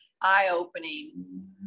eye-opening